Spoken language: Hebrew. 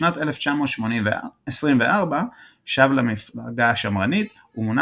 בשנת 1924 שב למפלגה השמרנית ומונה